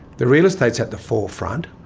the real estate is at the forefront,